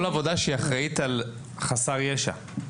כל עבודה שהיא אחראית על חסר ישע.